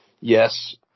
Yes